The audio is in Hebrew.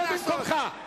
שב במקומך.